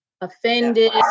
offended